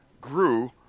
grew